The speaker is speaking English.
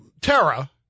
Tara